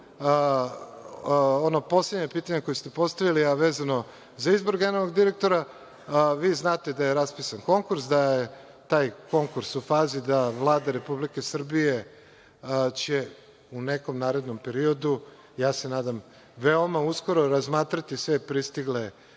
ono poslednje pitanje koje ste postavili a vezano za izbor generalnog direktora, vi znate da je raspisan konkurs, da je taj konkurs u fazi da će Vlada Republike Srbije u nekom narednom periodu, ja se nadam veoma uskoro, razmatrati sve pristigle